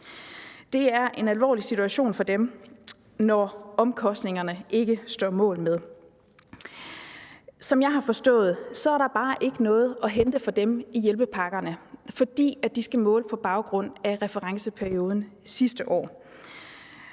Det er en alvorlig situation for dem, når omkostningerne ikke står mål med det. Som jeg har forstået det, er der bare ikke noget at hente for dem i hjælpepakkerne, fordi de skal måle på baggrund af referenceperioden sidste år.